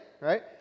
right